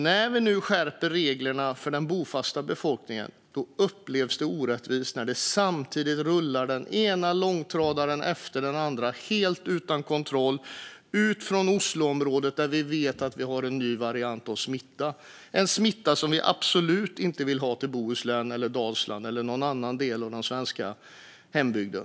När vi nu skärper reglerna för den bofasta befolkningen upplevs det som orättvist när den ena långtradaren efter den andra samtidigt helt utan kontroll rullar ut från Osloområdet, där vi vet att man har en ny variant av smitta - en smitta som vi absolut inte vill ha till Bohuslän, Dalsland eller någon annan del av den svenska hembygden.